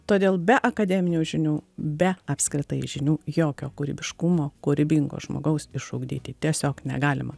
todėl be akademinių žinių be apskritai žinių jokio kūrybiškumo kūrybingo žmogaus išugdyti tiesiog negalima